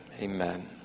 amen